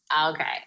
Okay